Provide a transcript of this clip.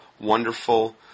wonderful